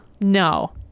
No